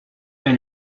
elle